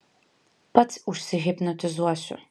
pats užsihipnotizuosiu